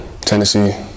Tennessee